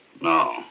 No